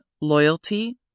loyalty